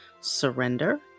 Surrender